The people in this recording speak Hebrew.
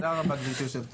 תודה רבה גברתי יושבת הראש.